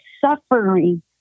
suffering